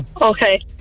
Okay